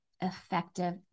effective